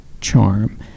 charm